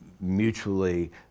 mutually